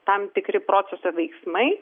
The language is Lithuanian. tam tikri proceso veiksmai